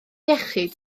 iechyd